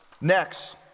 Next